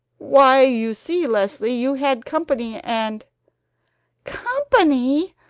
why, you see, leslie, you had company and company!